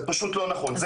זה פשוט לא נכון.